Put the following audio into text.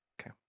okay